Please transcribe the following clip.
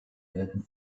didn’t